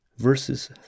verses